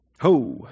Ho